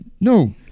no